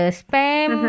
spam